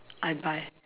I buy